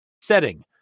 setting